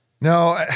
No